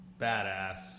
badass